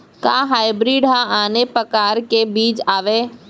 का हाइब्रिड हा आने परकार के बीज आवय?